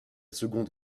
seconde